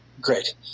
great